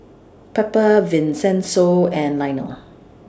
Pepper Vincenzo and Lionel